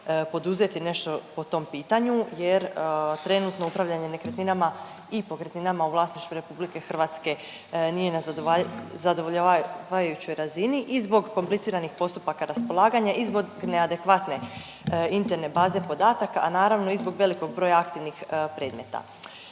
poduzeti nešto po tom pitanju jer trenutno upravljanje nekretninama i pokretninama u vlasništvu RH nije na zadovoljavajućoj razini i zbog kompliciranih postupaka raspolaganja i zbog neadekvatne interne baze podataka, a naravno i zbog velikog broja aktivnih predmeta.